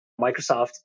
Microsoft